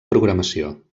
programació